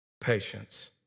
patience